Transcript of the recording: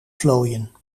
vlooien